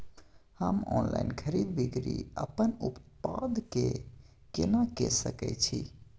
हम ऑनलाइन खरीद बिक्री अपन उत्पाद के केना के सकै छी?